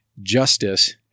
justice